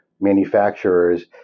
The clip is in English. manufacturers